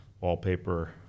wallpaper